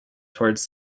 towards